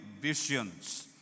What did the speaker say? visions